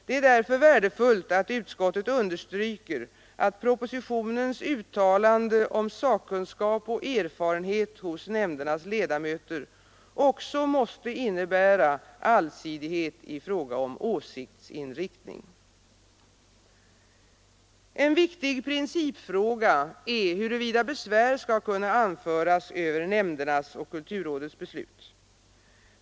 Det är därför värdefullt att utskottet understryker att propositionens uttalande om sakkunskap och erfarenhet hos nämndernas ledamöter också måste innebära allsidighet i fråga om åsiktsinriktning. En viktig principfråga är huvuvida besvär skall kunna anföras över nämndernas och kulturrådets beslut.